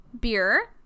beer